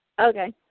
Okay